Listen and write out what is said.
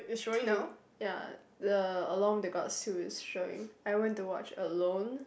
two ya the along with the Gods two is showing I went to watch alone